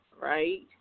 right